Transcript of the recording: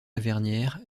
lavernière